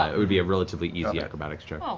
um it would be a relatively easy acrobatics check.